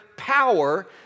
power